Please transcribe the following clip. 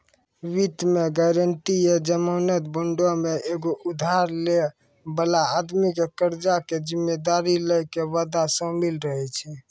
वित्त मे गायरंटी या जमानत बांडो मे एगो उधार लै बाला आदमी के कर्जा के जिम्मेदारी लै के वादा शामिल रहै छै